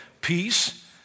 peace